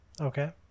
okay